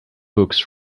books